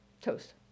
Toast